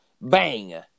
bang